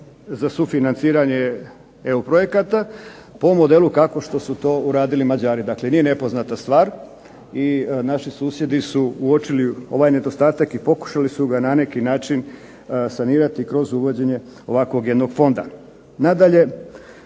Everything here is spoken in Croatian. za sufinanciranje EU projekta po modelu kako su to uradili Mađari. Dakle, nije nepoznata stvar i naši susjedi su uočili ovaj nedostatak i pokušali su ga na neki način sanirati kroz uvođenje ovakvog jednog fonda.